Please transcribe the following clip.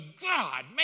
God